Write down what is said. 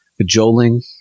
cajoling